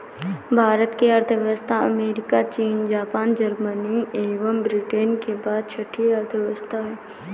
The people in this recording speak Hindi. भारत की अर्थव्यवस्था अमेरिका, चीन, जापान, जर्मनी एवं ब्रिटेन के बाद छठी अर्थव्यवस्था है